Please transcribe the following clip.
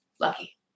Lucky